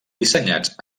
dissenyats